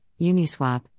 Uniswap